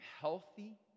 healthy